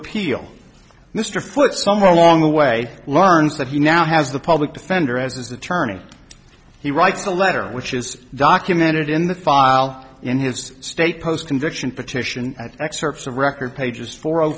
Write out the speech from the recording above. appeal mr foote somewhere along the way learns that he now has the public defender as his attorney he writes a letter which is documented in the file in his state post conviction petition at excerpts of record pages for